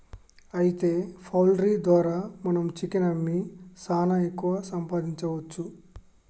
అయితే పౌల్ట్రీ ద్వారా మనం చికెన్ అమ్మి సాన ఎక్కువ సంపాదించవచ్చు